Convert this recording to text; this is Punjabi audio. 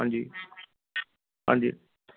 ਹਾਂਜੀ ਹਾਂਜੀ